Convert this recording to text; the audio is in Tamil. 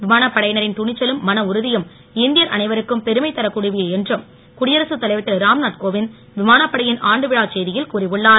விமானப் படையினரின் துணிச்சலும் மன உறுதியும் இந்தியர் அனைவருக்கும் பெருமை தரக்கூடியவை என்று குடியரசு தலைவர் திரு ராம்நாத் கோவிந்த் விமானப்படையின் ஆண்டு விழாச் செய்தியில் கூறி உள்ளார்